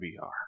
VR